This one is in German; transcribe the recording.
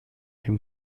dem